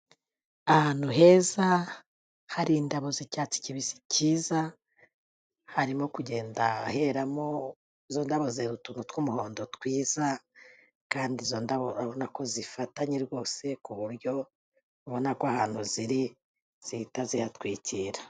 Ahantu heza, hari indabo z'icyatsi kibisi cyiza, harimo kugenda heramo, izo ndabo zera utuntu tw'umuhondo twiza, kandi izo ndabo urabona ko zifatanye rwose, ku buryo ubona ko ahantu ziri zihita zihatwikira.